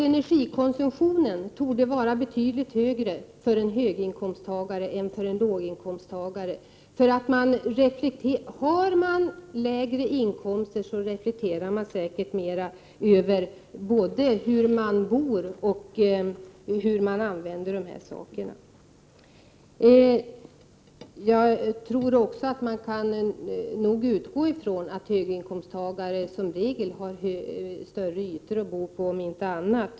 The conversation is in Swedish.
Energikonsumtionen torde vara betydligt högre för höginkomsttagare än för låginkomsttagare. Har man lägre inkomster reflekterar men säkert mer över både hur man bor och hur man använder energi. Jag tror också att man kan utgå ifrån att höginkomsttagare i regel bor på större ytor, om inte annat.